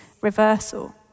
reversal